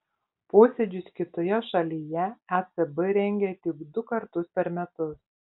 posėdžius kitoje šalyje ecb rengia tik du kartus per metus